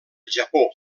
japó